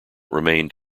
remained